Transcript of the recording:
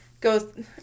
goes